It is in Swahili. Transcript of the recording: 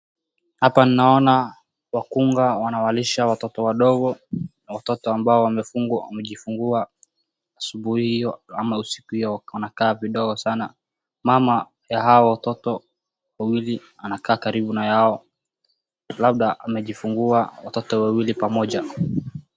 Hapa naona wakunga wanawalisha watoto wadogo na watoto ambao wamejifungua asubuhi hio ama usiku hio wanakaa vidogo sana. Mama ya hao watoto wawili anakaa karibu na yao labda amejifungua watoto wawili pamoja.